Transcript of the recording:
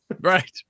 right